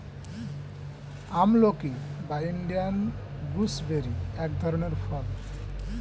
আমলকি বা Indian gooseberry এক ধরনের ফল